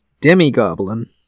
Demi-Goblin